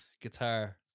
guitar